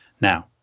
Now